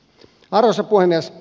arvoisa puhemies